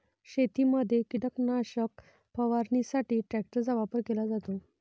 शेतीमध्ये कीटकनाशक फवारणीसाठी ट्रॅक्टरचा वापर केला जातो